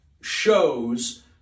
shows